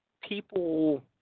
people